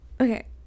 Okay